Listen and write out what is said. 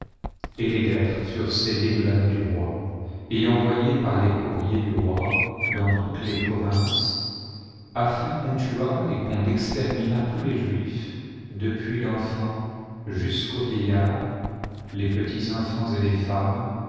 et les lettres furent scellées de l'anneau du roi et envoyées par les courriers du roi dans toutes les provinces afin qu'on tuât et qu'on exterminât tous les juifs depuis l'enfant jusqu'au vieillard les petits enfants et les femmes